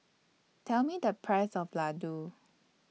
Tell Me The Price of Ladoo